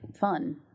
fun